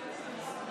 בטח.